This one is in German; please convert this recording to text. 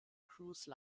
cruise